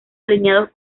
alineados